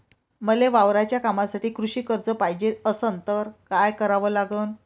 मले वावराच्या कामासाठी कृषी कर्ज पायजे असनं त काय कराव लागन?